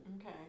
Okay